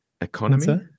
Economy